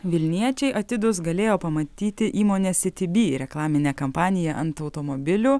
vilniečiai atidūs galėjo pamatyti įmonės city bee reklaminę kampaniją ant automobilių